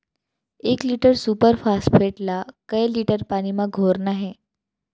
एक litre super phosphate ला कए लीटर पानी मा घोरना हे?